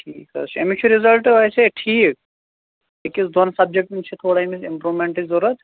ٹھیٖک حظ چھُ أمِس چھُ رِزَلٹ ویسے ٹھیٖک أکِس دۄن سَبجَکٹَن چھِ تھوڑا أمِس اِمپروٗمیٚنٹٕچ ضوٚرَتھ